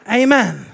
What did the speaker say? amen